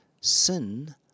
sin